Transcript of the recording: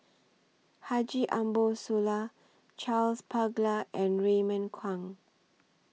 Haji Ambo Sooloh Charles Paglar and Raymond Kang